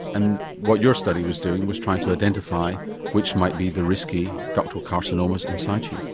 and what your study was doing was trying to identify which might be the risky ductal carcinomas in situ.